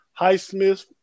Highsmith